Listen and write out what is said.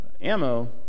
ammo